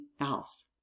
else